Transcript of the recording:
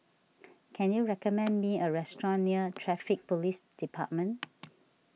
can you recommend me a restaurant near Traffic Police Department